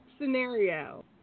scenario